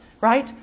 right